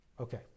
Okay